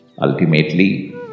Ultimately